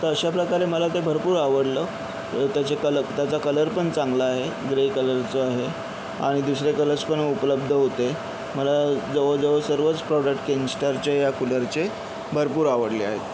तर अशाप्रकारे मला ते भरपूर आवडलं त्याचे कल त्याचा कलर पण चांगला आहे ग्रे कलरचा आहे आणि दुसरे कलर्स पण उपलब्ध होते मला जवळ जवळ सर्वच प्रॉडक्ट केनस्टारचे ह्या कूलरचे भरपूर आवडले आहेत